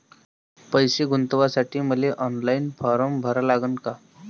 पैसे गुंतवासाठी मले ऑनलाईन फारम भरा लागन का?